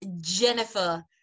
Jennifer